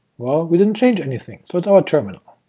well, we didn't change anything, so it's our terminal.